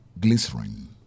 glycerin